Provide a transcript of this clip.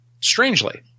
Strangely